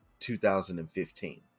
2015